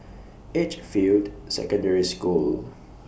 Edgefield Secondary School